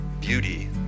Beauty